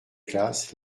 classes